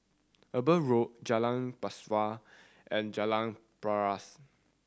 Eber Road Jalan Pesawat and Jalan Paras